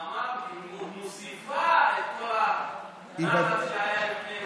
המלחמה מוסיפה את כל הלחץ שהיה לפני זה,